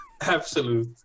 absolute